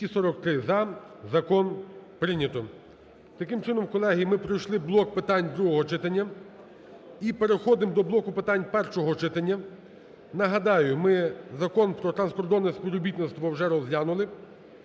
Таким чином, колеги, ми пройшли блок питань другого читання, і переходимо до блоку питань першого читання. Нагадаю, ми Закон про транскордонне співробітництво вже розглянули,